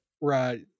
right